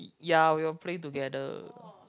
ya we will play together